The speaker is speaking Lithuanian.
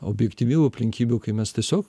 objektyvių aplinkybių kai mes tiesiog